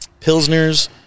Pilsners